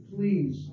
Please